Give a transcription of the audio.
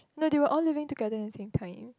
no they were all living together in the same time